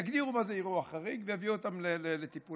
יגדירו "אירוע חריג" ויביאו אותו לטיפול.